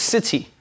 City